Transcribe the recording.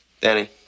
Danny